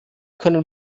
können